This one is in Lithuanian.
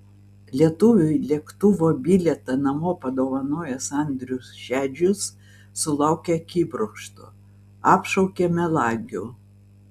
lietuviui lėktuvo bilietą namo padovanojęs andrius šedžius sulaukė akibrokšto apšaukė melagiu